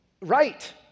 right